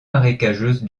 marécageuse